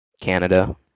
Canada